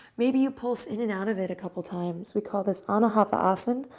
maybe you pulse in and out of it a couple times. we call this anahatasana,